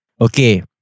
Okay